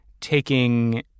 taking